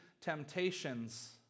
temptations